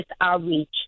outreach